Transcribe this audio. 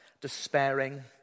despairing